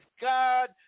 god